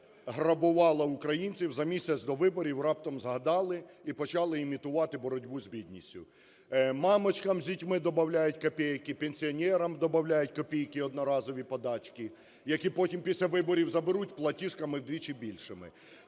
грабувала українців, за місяць до виборів раптом згадали і почали імітувати боротьбу з бідністю. Мамочкам з дітьми добавляють копійки, пенсіонерам добавляють копійки – одноразові подачки, які потім після виборів заберуть платіжками вдвічі більшими.